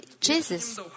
Jesus